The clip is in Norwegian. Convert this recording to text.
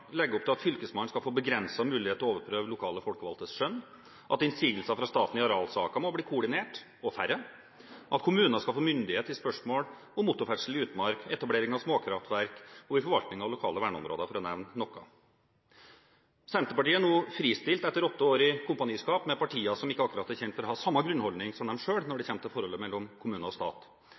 legge opp til at Fylkesmannen skal få begrenset mulighet til å overprøve lokale folkevalgtes skjønn, at innsigelser fra staten i arealsaker må bli koordinert og færre, at kommuner skal få myndighet i spørsmål om motorferdsel i utmark, etablering av småkraftverk og i forvaltningen av lokale verneområder, for å nevne noe. Senterpartiet er nå fristilt etter åtte år i kompaniskap med partier som ikke akkurat er kjent for å ha samme grunnholdning som dem selv når det gjelder forholdet mellom kommune og stat.